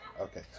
okay